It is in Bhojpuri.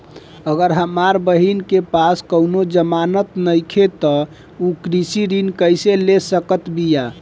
अगर हमार बहिन के पास कउनों जमानत नइखें त उ कृषि ऋण कइसे ले सकत बिया?